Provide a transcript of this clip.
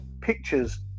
pictures